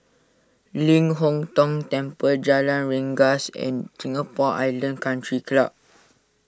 Ling Hong Tong Temple Jalan Rengas and Singapore Island Country Club